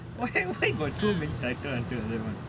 why why got so many title until like that [one]